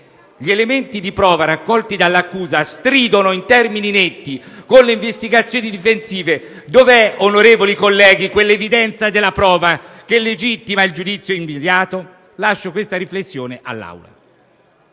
gli elementi di prova raccolti dall'accusa stridono in termini netti con le investigazioni difensive, dov'è, onorevoli colleghi, quell'evidenza della prova che legittima il giudizio immediato? Lascio all'Assemblea